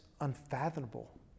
unfathomable